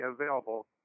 available